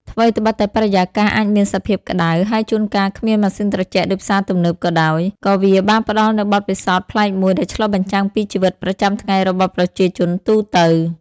ថ្វីត្បិតតែបរិយាកាសអាចមានសភាពក្តៅ ហើយជួនកាលគ្មានម៉ាស៊ីនត្រជាក់ដូចផ្សារទំនើបក៏ដោយ ក៏វាបានផ្តល់នូវបទពិសោធន៍ប្លែកមួយ ដែលឆ្លុះបញ្ចាំងពីជីវិតប្រចាំថ្ងៃរបស់ប្រជាជនទូទៅ។